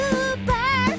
Super